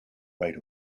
right